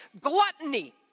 gluttony